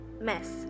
mess